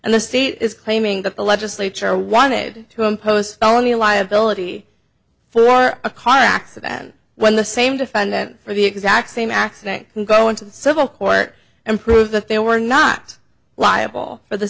and the state is claiming that the legislature wanted to impose only liability for a car accident and when the same defendant for the exact same accident can go into civil court and prove that they were not liable for the